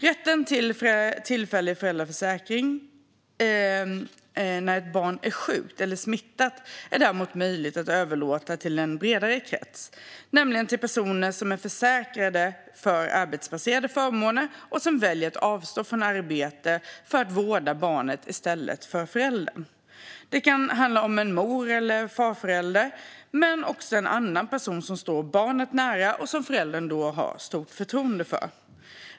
Rätten till tillfällig föräldrapenning när ett barn är sjukt eller smittat är däremot möjlig att överlåta till en bredare krets, nämligen till personer som är försäkrade för arbetsbaserade förmåner och som väljer att avstå från arbete för att vårda barnet i stället för föräldern. Det kan handla om en mor eller farförälder men också en annan person som står barnet nära och som föräldern har stort förtroende för.